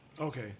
Okay